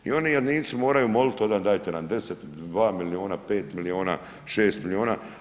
I oni jadnici moraju moliti onda dajte nam 10, 2 milijuna, 5 milijuna, 6 milijuna.